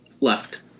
left